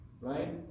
Right